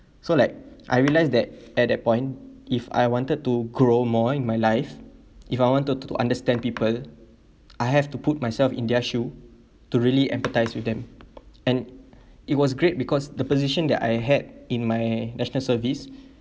so like I realised that at that point if I wanted to grow more in my life if I wanted to understand people I have to put myself in their shoe to really empathise with them and it was great because the position that I had in my national service